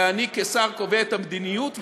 ואני כשר קובע את המדיניות,